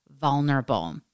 vulnerable